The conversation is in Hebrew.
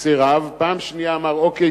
סירב ופעם שנייה אמר: אוקיי,